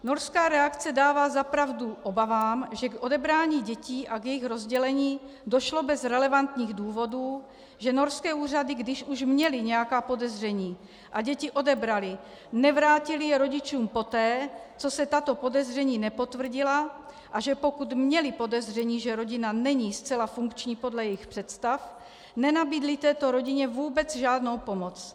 Norská reakce dává za pravdu obavám, že k odebrání dětí a k jejich rozdělení došlo bez relevantních důvodů, že norské úřady, když už měly nějaká podezření a děti odebraly, nevrátily je rodičům poté, co se takto podezření nepotvrdila, a že pokud měly podezření, že rodina není zcela funkční podle jejich představ, nenabídly této rodině vůbec žádnou pomoc.